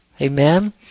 Amen